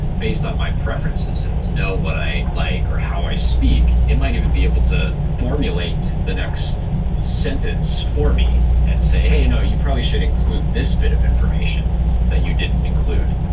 based on my preferences it will know what i like or how i speak. it might even be able to formulate the next sentence for me and say, hey no, you probably should include this bit of information that you didn't include.